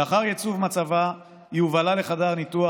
לאחר ייצוב מצבה היא הובהלה לחדר הניתוח,